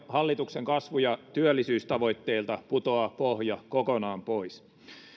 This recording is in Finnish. hallituksen kasvu ja työllisyystavoitteilta putoaa pohja kokonaan pois